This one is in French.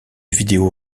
vidéo